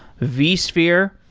vsphere.